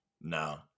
No